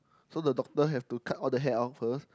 so the doctor have to cut all the hair out first